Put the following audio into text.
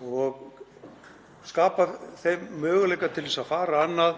og skapa þeim möguleika til að fara annað